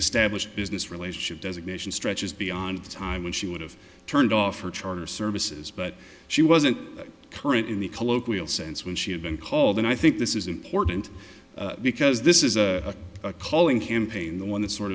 established business relationship designation stretches beyond the time when she would have turned off her charter services but she wasn't current in the colloquial sense when she had been called and i think this is important because this is a calling campaign the one that sort